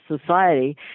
society